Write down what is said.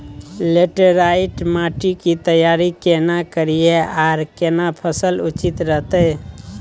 Laterite माटी की तैयारी केना करिए आर केना फसल उचित रहते?